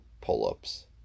pull-ups